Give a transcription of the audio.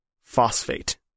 Phosphate